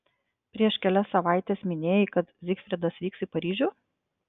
prieš kelias savaites minėjai kad zigfridas vyks į paryžių